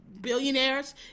billionaires